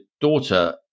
daughter